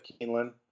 Keeneland